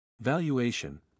Valuation